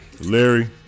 Larry